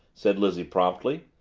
said lizzie promptly.